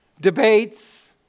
debates